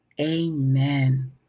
amen